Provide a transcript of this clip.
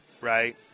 Right